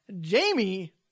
Jamie